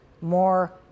more